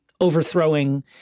overthrowing